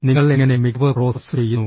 നിങ്ങൾ എങ്ങനെ മികവ് പ്രോസസ്സ് ചെയ്യുന്നു